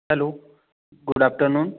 hello good afternoon